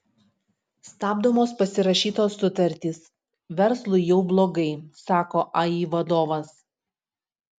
stabdomos pasirašytos sutartys verslui jau blogai sako ai vadovas